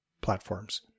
platforms